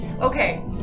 Okay